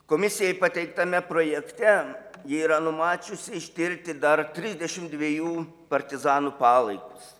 komisijai pateiktame projekte yra numačiusi ištirti dar trisdešim dviejų partizanų palaikus